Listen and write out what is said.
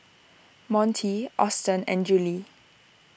Monty Austen and Juli